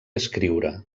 escriure